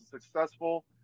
successful